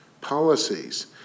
policies